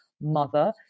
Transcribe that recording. mother